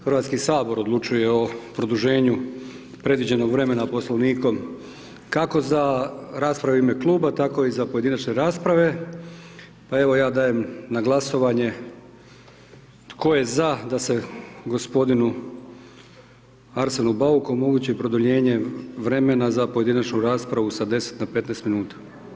Hrvatski sabor odlučuje o produženju predviđenog vremena poslovnikom kako za raspravu u ime Kluba, tako i za pojedinačne rasprave, pa evo, ja dajem na glasovanje, tko je za, da se g. Arsenu Bauku omogući produljenje vremena za pojedinačnu raspravu sa 10 na 15 min?